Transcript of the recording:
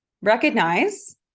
Recognize